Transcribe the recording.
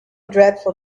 dreadful